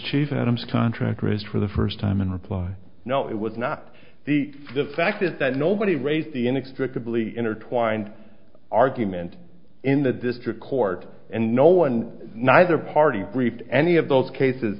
adams contractor is for the first time in reply no it was not the the fact is that nobody raised the inextricably intertwined argument in the district court and no one neither party briefed any of those cases